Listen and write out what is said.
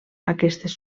aquestes